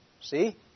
See